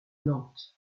nantes